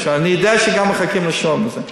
אני יודע שגם מחכים לשמוע על זה.